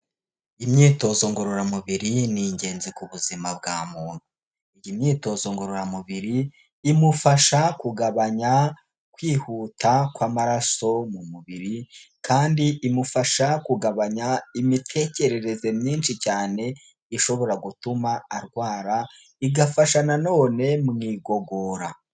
Imyitozo ngororamubiri ni ingenzi ku buzima bwa muntu, iyi myitozo ngororamubiri imufasha kugabanya kwihuta kw'amaraso mu mubiri kandi imufasha kugabanya imitekerereze myinshi cyane ishobora gutuma arwara, igafasha nanone mu igogora.